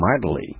mightily